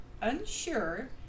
unsure